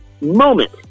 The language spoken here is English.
moment